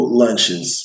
lunches